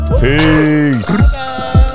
Peace